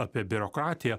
apie biurokratiją